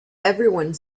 everyone